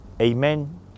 Amen